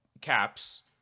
caps